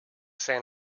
san